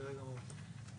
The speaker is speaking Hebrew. בסדר גמור.